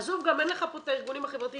עזוב, גם אין לך פה את הארגונים החברתיים.